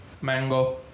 Mango